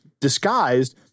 disguised